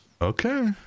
Okay